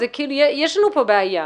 יש לנו כאן בעיה.